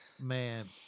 Man